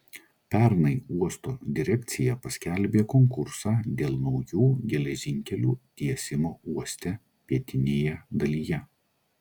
pernai uosto direkcija paskelbė konkursą dėl naujų geležinkelių tiesimo uoste pietinėje dalyje